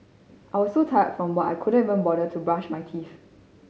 I was so tired from work I couldn't even bother to brush my teeth